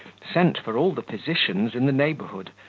sent for all the physicians in the neighbourhood,